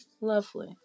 lovely